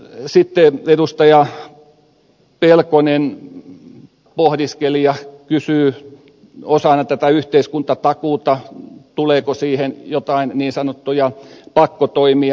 sitten edustaja pelkonen pohdiskeli ja kysyy osana tätä yhteiskuntatakuuta tuleeko siihen joitain niin sanottuja pakkotoimia